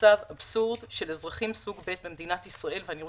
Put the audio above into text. מצב אבסורדי של אזרחים סוג ב' במדינת ישראל,